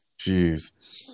Jeez